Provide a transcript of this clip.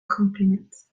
compliments